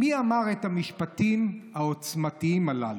מי אמר את המשפטים העוצמתיים הללו?